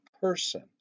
person